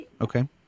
Okay